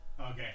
Okay